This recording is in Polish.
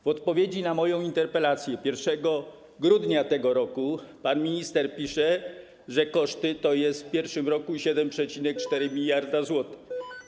W odpowiedzi na moją interpelację 1 grudnia tego roku pan minister pisze, że koszty to w pierwszym roku 7,4 mld zł.